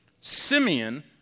Simeon